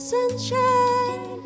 Sunshine